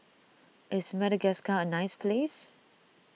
is Madagascar a nice place